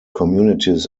communities